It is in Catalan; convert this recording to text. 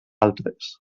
altres